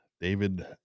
David